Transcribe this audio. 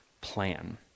plan